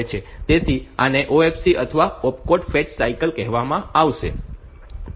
તેથી આને OFC અથવા ઓપકોડ ફેચ સાયકલ કહેવામાં આવશે